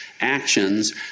actions